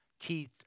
Keith